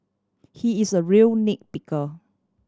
he is a real nit picker